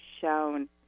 shown